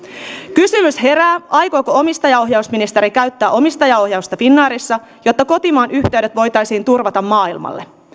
kysymys herää aikooko omistajaohjausministeri käyttää omistajaohjausta finnairissa jotta kotimaan yhteydet voitaisiin turvata maailmalle